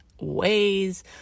ways